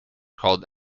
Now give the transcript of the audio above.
called